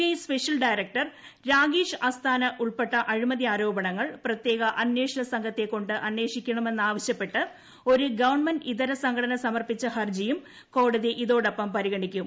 I special director Rakesh Asthana ഉൾപ്പെട്ട അഴിമതി ആരോപണങ്ങൾ പ്രത്യേക അന്വേഷണ സംഘത്തെ ക്കൊണ്ട് അന്വേഷിക്കണമെന്നാവശ്യപ്പെട്ട് ഒരു ഗവൺമെന്റിതര സംഘടന സമർപ്പിച്ച ക്ടേസും കോടതി ഇതോടൊപ്പം പരിഗണിക്കും